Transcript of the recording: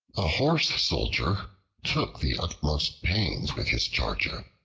a horse soldier took the utmost pains with his charger.